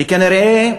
וכנראה,